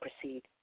proceed